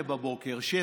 ב-8:00, 7:00,